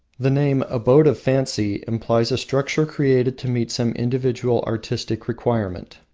the name, abode of fancy, implies a structure created to meet some individual artistic requirement.